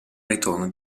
ritorno